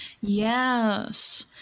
Yes